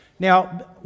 Now